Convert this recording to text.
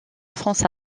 france